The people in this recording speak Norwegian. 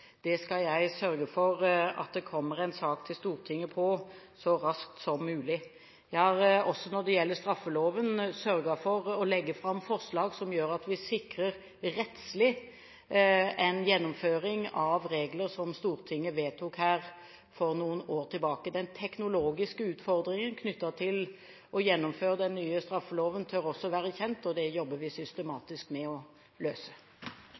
det er viktig å få på plass, skal jeg sørge for at det kommer en sak til Stortinget så raskt som mulig. Jeg har også når det gjelder straffeloven, sørget for å legge fram forslag som gjør at vi sikrer en rettslig gjennomføring av regler som Stortinget vedtok her for noen år tilbake. Den teknologiske utfordringen knyttet til å gjennomføre den nye straffeloven tør også være kjent, og det jobber vi systematisk med å løse.